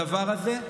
הדבר הזה.